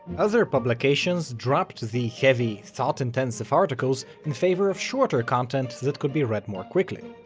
other publications dropped the heavy thought-intensive articles in favor of shorter content that could be read more quickly.